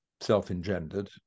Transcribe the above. self-engendered